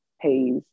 pays